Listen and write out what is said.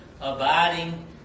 abiding